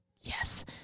yes